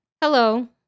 Hello